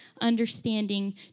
understanding